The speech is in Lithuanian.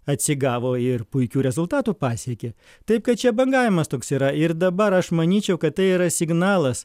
atsigavo ir puikių rezultatų pasiekė taip kad čia bangavimas toks yra ir dabar aš manyčiau kad tai yra signalas